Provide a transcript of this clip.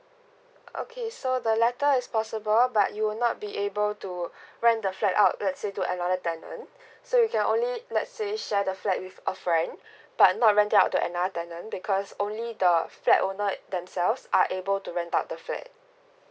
okay so the latter is possible but you will not be able to rent the flat out let's say to another tenant so you can only let's say share the flat with a friend but not rent out to another tenant because only the a flat owner themselves are able to rent out the fat